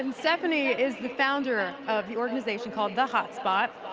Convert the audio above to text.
and stephanie is the founder of the organization called the hotspot.